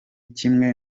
kimwe